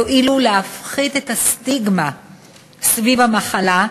יועילו להפחתת הסטיגמה סביב המחלה,